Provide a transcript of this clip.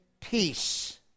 peace